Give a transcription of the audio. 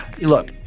look